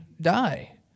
die